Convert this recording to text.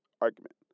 argument